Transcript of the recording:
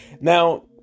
Now